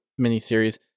miniseries